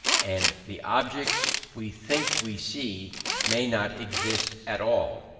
and the objects we think we see may not exist at all.